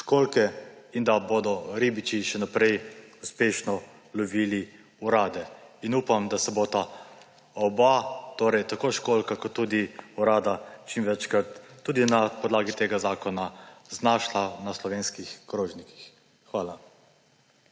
školjke in da bodo ribiči še naprej uspešno lovili orade. In upam, da se bosta obe, školjka kot tudi orada, čim večkrat tudi na podlagi tega zakona znašli na slovenskih krožnikih. Hvala.